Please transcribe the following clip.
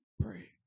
pray